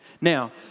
Now